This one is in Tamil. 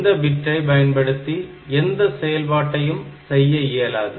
இந்தப் பிட்டை பயன்படுத்தி எந்த செயல்பாட்டையும் செய்ய இயலாது